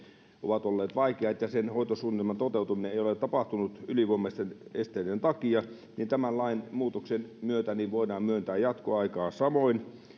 ovat olleet vaikeat ja sen hoitosuunnitelman toteutuminen ei ole tapahtunut ylivoimaisten esteiden takia niin tämän lainmuutoksen myötä voidaan myöntää jatkoaikaa samoin